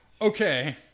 Okay